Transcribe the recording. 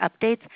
updates